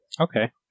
Okay